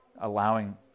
allowing